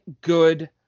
good